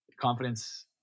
Confidence